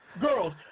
girls